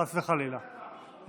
חס וחלילה,